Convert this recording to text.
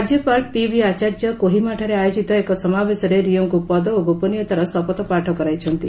ରାଜ୍ୟପାଳ ପିବି ଆଚାର୍ଯ୍ୟ କୋହିମାଠାରେ ଆୟୋଜିତ ଏକ ସମାବେଶରେ ରିଓଙ୍କୁ ପଦ ଓ ଗୋପନୀୟତାର ଶପଥପାଠ କରାଇଛନ୍ତି